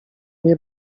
nie